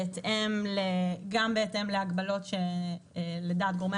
הוא בוטל בהתאם להגבלות שלדעת גורמי